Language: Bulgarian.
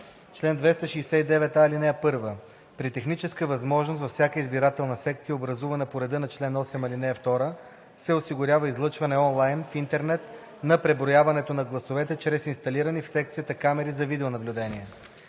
Чл. 269а. (1) При техническа възможност във всяка избирателна секция, образувана по реда на чл. 8, ал. 2, се осигурява излъчване онлайн в интернет на преброяването на гласовете чрез инсталирани в секцията камери за видеонаблюдение.